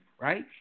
Right